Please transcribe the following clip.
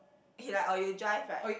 he like or you drive right